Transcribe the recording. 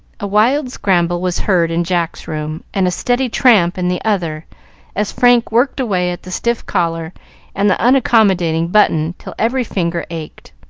a wild scramble was heard in jack's room, and a steady tramp in the other as frank worked away at the stiff collar and the unaccommodating button till every finger ached.